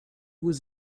was